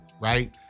right